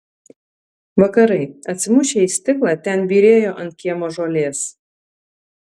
vakarai atsimušę į stiklą ten byrėjo ant kiemo žolės